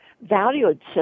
valued